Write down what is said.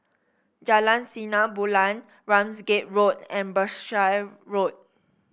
Jalan Sinar Bulan Ramsgate Road and Berkshire Road